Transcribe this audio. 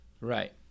Right